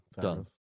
done